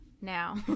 Now